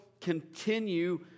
continue